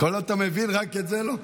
הכול אתה מבין, רק את זה לא?